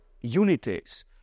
unities